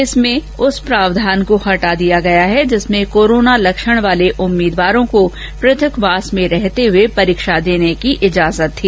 इसमें उस प्रावधान को हटा दिया गया है जिसमें कोरोना लक्षण वाले उम्मीदवारों को पृथक वास में रहते हुए परीक्षा देने की इजाजत थी